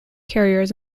carriers